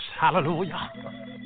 hallelujah